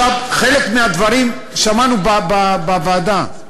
חלק מהדברים שמענו בוועדה.